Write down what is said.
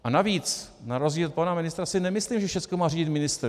A navíc na rozdíl od pana ministra si nemyslím, že všechno má řídit ministr.